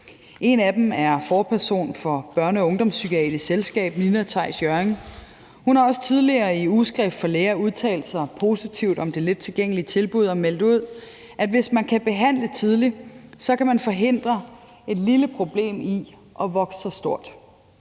En af dem er forperson for Børne- og Ungdomspsykiatrisk Selskab Nina Tejs Jørring; hun har også tidligere i Ugeskrift for Læger udtalt sig positivt om det lettilgængelige tilbud og meldt ud, at hvis man kan behandle tidligt, kan man forhindre et lille problem i at vokse sig stort.